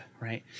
right